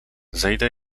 zejdę